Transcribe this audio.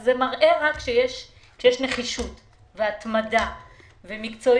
זה מראה רק שיש נחישות והתמדה ומקצועיות,